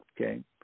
Okay